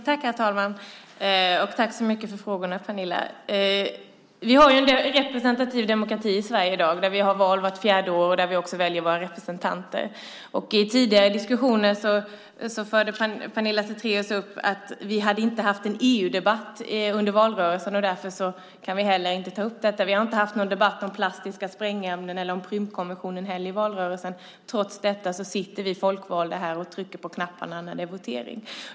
Herr talman! Tack så mycket för frågorna, Pernilla. Vi har en representativ demokrati i Sverige i dag där vi har val vart fjärde år och där vi också väljer våra representanter. I tidigare diskussioner tog Pernilla Zethraeus upp att vi inte hade haft en EU-debatt under valrörelsen, och därför kan vi heller inte ta upp detta. Vi har inte haft någon debatt om plastiska sprängämnen heller i valrörelsen. Trots detta sitter vi folkvalda här och trycker på knapparna när det är votering.